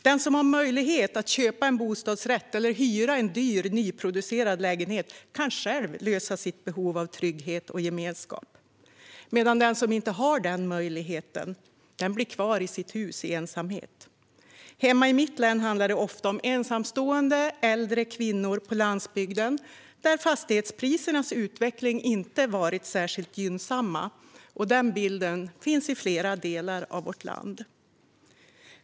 Den som har möjlighet att köpa en bostadsrätt eller hyra en dyr nyproducerad lägenhet kan själv lösa sitt behov av trygghet och gemenskap medan den som inte har den möjligheten blir kvar i sitt hus i ensamhet. I mitt hemlän handlar det ofta om ensamstående äldre kvinnor på landsbygden där fastighetsprisernas utveckling inte har varit särskilt gynnsam. Den bilden finns på flera håll i vårt land.